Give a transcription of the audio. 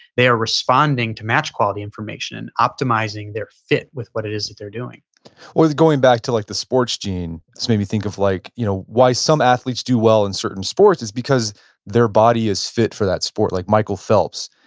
they are responding to match quality information, optimizing their fit with what it is that they're doing well, going back to like the sports gene. it's made me think of, like you know why some athletes do well in certain sports is because their body is fit for that sport, like michael phelps.